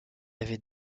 avaient